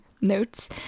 notes